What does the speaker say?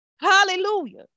Hallelujah